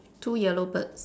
two yellow birds